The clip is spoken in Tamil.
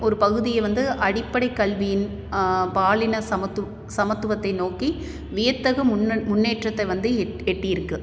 ஒரு பகுதி வந்து அடிப்படை கல்வியின் பாலின சமத்து சமத்துவத்தை நோக்கி வியத்தகு முன்னன் முன்னேற்றத்தை வந்து எட் எட்டியிருக்குது